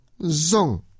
Zong